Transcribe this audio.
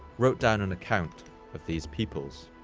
wrote down an account of these peoples.